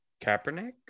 Kaepernick